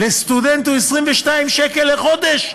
לסטודנט הוא 22 שקל לחודש.